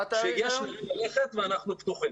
שיש לאן ללכת ואנחנו פתוחים.